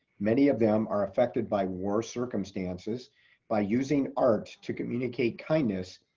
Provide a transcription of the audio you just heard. many of them are affected by war circumstances by using art to communicate kindness,